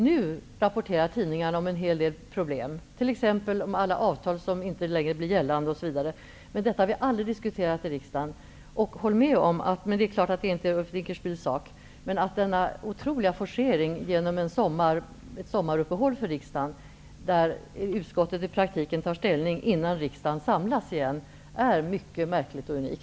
Nu rapporteras det i tidningarna om en hel del problem, t.ex. avtal som inte längre blir gällande. Det har vi emellertid aldrig diskuterat i riksdagen. Håll med om - det är i och för sig inte Ulf Dinkelspiels sak - att denna otroliga forcering, under riksdagens sommaruppehåll, där utskottet i praktiken tar ställning innan riksdagen samlas igen, är mycket märklig och unik.